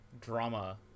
drama